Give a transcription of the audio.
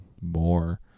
more